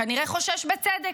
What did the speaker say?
כנראה חושש בצדק.